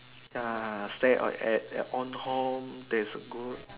ya stay or at own home that's good